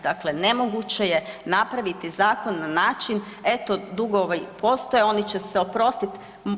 Dakle nemoguće je napraviti zakon na način eto dugovi postoje, oni će se oprostiti.